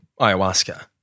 ayahuasca